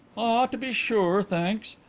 ah, to be sure, thanks.